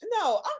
no